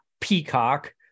Peacock